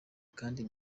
kandi